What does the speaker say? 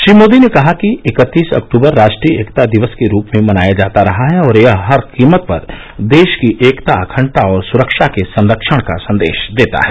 श्री मोदी ने कहा कि इक्कतीस अक्टूबर राष्ट्रीय एकता दिवस के रूप में मनाया जाता रहा है और यह हर कीमत पर देश की एकता अखंडता और सुरक्षा के संरक्षण का संदेश देता है